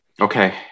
Okay